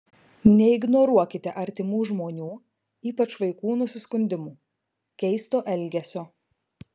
neignoruokite artimų žmonių ypač vaikų nusiskundimų keisto elgesio